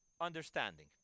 understanding